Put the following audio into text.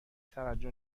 توجه